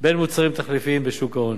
בין מוצרים תחליפיים בשוק ההון.